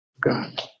God